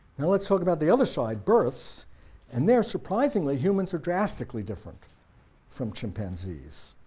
now let's talk about the other side, births and there surprisingly, humans are drastically different from chimpanzees.